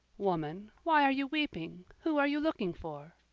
woman, why are you weeping? who are you looking for?